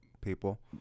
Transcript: people